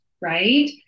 right